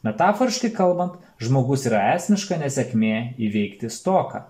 metaforiškai kalbant žmogus yra esmiška nesėkmė įveikti stoką